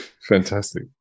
Fantastic